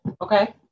Okay